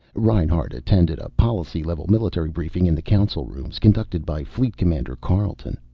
reinhart attended a policy-level military briefing in the council rooms, conducted by fleet commander carleton.